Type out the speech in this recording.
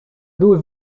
były